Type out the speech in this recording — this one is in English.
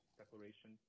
declaration